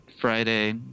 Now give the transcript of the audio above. Friday